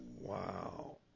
Wow